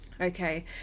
okay